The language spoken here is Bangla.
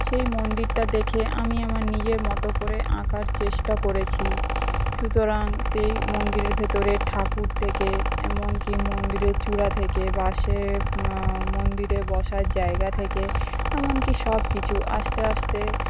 সেই মন্দিরটা দেখে আমি আমার নিজের মতো করে আঁকার চেষ্টা করেছি সুতরাং সেই মন্দিরের ভেতরে ঠাকুর থেকে এমনকি মন্দিরের চুড়া থেকে বাঁশের মন্দিরে বসার জায়গা থেকে এমনকি সব কিছু আস্তে আস্তে